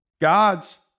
God's